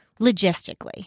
logistically